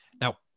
Now